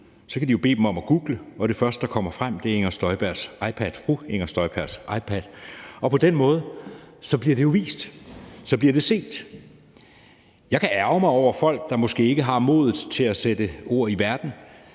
kan de jo bede om, at man googler, og det første, der kommer frem, er fru Inger Støjbergs iPad, og på den måde bliver det jo vist; så bliver det set. Jeg kan ærgre mig over folk, der måske ikke har modet til at sætte ord i verden,